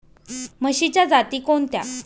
म्हशीच्या जाती कोणत्या?